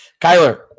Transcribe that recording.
Kyler